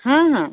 ହଁ ହଁ